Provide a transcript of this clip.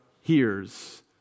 hears